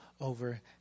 over